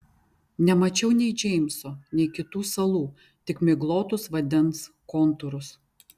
nemačiau nei džeimso nei kitų salų tik miglotus vandens kontūrus